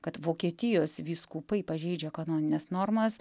kad vokietijos vyskupai pažeidžia kanonines normas